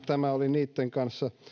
tämä oli niitten kanssa